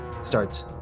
starts